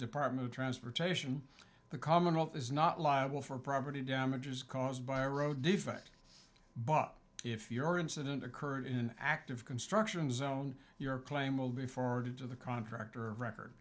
department of transportation the commonwealth is not liable for property damages caused by a road defect but if your incident occurred in active construction zone your claim will be forwarded to the contractor of record